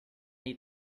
eat